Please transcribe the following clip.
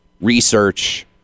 research